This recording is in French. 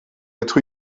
être